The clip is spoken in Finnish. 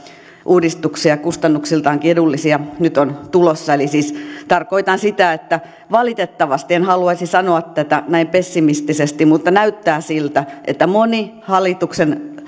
uudistuksia ja kustannuksiltaankin edullisia nyt on tulossa eli siis tarkoitan sitä että valitettavasti en haluaisi sanoa tätä näin pessimistisesti näyttää siltä että moni hallituksen